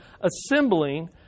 assembling